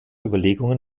überlegungen